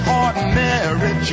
ordinary